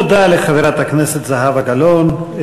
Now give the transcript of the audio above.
תודה לחברת הכנסת זהבה גלאון.